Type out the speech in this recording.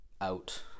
out